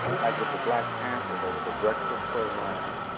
like with the black panthers there was a breakfast program,